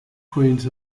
queens